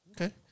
Okay